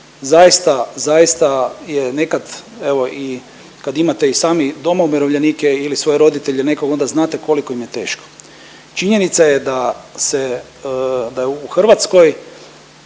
zaista, zaista je nekad evo kad imate i sami doma umirovljenike ili svoje roditelje, nekog onda znate koliko im je teško. Činjenica je da se da je u Hrvatskoj